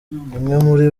muri